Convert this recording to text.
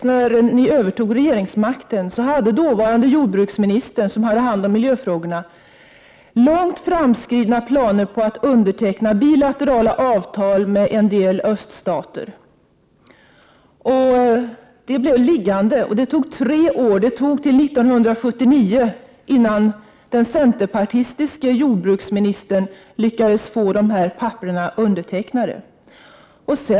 Ja, när ni övertog regeringsmakten 1976 hade dåvarande jordbruksministern, som hade hand om miljöfrågorna, långt framskridna planer på att underteckna bilaterala avtal med en del öststater. De pappren blev liggande. Det tog tre år, det dröjde till 1979, innan den centerpartistiske jordbruksministern lyckades få dessa papper undertecknade.